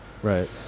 Right